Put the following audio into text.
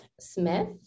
Smith